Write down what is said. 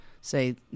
say